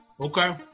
Okay